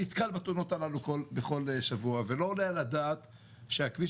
נתקל בתאונות הללו בכל שבוע ולא עולה על הדעת שהכביש